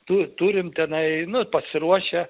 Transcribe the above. tu turim tenai nu pasiruošę